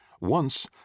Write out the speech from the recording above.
Once